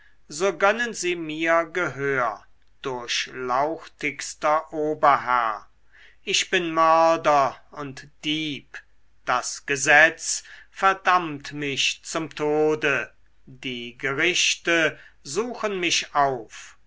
so gönnen sie mir gehör durchlauchtigster oberherr ich bin mörder und dieb das gesetz verdammt mich zum tode die gerichte suchen mich auf